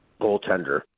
goaltender